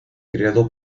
creado